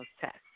tests